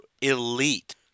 elite